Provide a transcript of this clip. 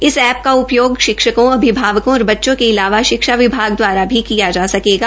इस एप्लीकेशन का उपयोग शिक्षकों अभिभावकों बच्चों के अलावा शिक्षा विभाग दवारा भी किया जा सकेगा